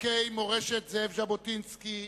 ותיקי מורשת זאב ז'בוטינסקי,